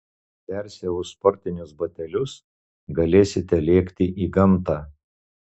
persiavus sportinius batelius galėsite lėkti į gamtą